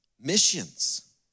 missions